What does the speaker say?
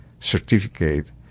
certificate